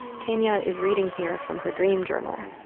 tanya is reading here from her dream journal.